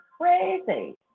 crazy